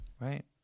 Right